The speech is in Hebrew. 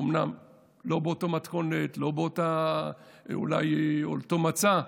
אומנם לא באותה מתכונת ואולי לא באותו מצע,